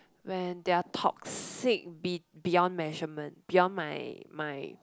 when they are toxic be~ beyond measurement beyond my my